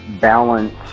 balance